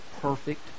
perfect